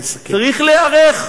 צריך להיערך.